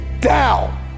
down